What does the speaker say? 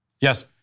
Yes